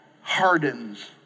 hardens